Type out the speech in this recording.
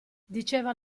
diceva